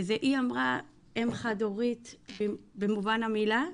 וזה היא אמרה אם חד הורית במובן המילה,